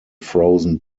frozen